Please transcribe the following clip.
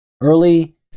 early